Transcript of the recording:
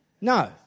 No